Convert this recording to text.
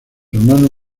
hermano